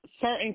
certain